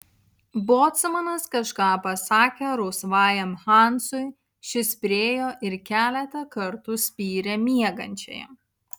bocmanas kažką pasakė rausvajam hansui šis priėjo ir keletą kartų spyrė miegančiajam